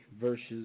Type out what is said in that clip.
versus